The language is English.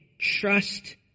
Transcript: trust